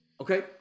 Okay